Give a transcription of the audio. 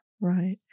Right